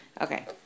Okay